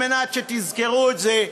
על מנת שתזכרו את זה,